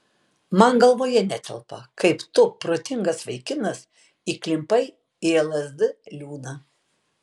man galvoje netelpa kaip tu protingas vaikinas įklimpai į lsd liūną